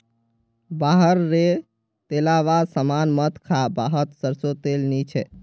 बाहर रे तेलावा सामान मत खा वाहत सरसों तेल नी छे